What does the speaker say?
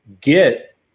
get